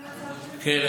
כן.